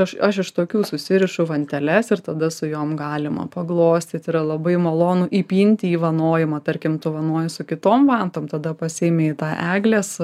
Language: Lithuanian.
aš aš iš tokių susirišu vanteles ir tada su jom galima paglostyti yra labai malonu įpinti į vanojimą tarkim tu vanoji su kitom vantom tada pasiimi į tą eglės